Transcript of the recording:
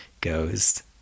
goes